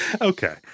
Okay